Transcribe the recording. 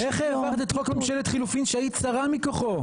--- איך העברת את חוק ממשלת החילופין כשהיית שרה מכוחו?